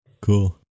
cool